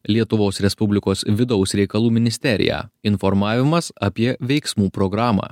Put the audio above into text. lietuvos respublikos vidaus reikalų ministerija informavimas apie veiksmų programą